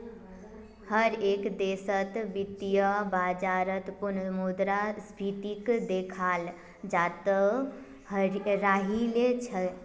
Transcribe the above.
हर एक देशत वित्तीय बाजारत पुनः मुद्रा स्फीतीक देखाल जातअ राहिल छे